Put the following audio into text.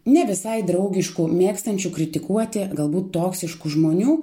ne visai draugiškų mėgstančių kritikuoti galbūt toksiškų žmonių